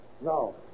No